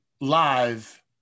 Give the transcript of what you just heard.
live